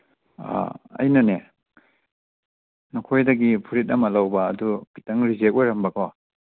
ꯑꯥ ꯑꯩꯅꯅꯦ ꯅꯈꯣꯏꯗꯒꯤ ꯐꯨꯔꯤꯠ ꯑꯃ ꯂꯧꯕ ꯑꯗꯨ ꯈꯤꯇꯪ ꯔꯤꯖꯦꯛ ꯑꯣꯏꯔꯝꯕꯀꯣ